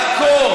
לעקור,